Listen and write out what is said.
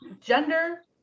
gender